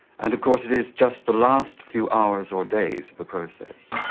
and, of course, it is just the last few hours or days of the process.